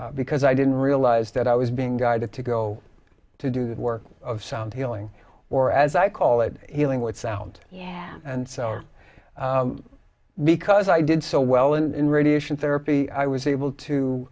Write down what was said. because i didn't realize that i was being guided to go to do the work of sound healing or as i call it healing with sound and sour because i did so well and in radiation therapy i was able to